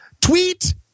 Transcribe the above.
Tweet